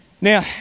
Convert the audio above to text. Now